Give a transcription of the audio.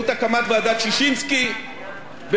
באמצעות הובלת החקיקה הזאת בכנסת.